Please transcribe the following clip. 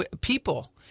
people